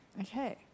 Okay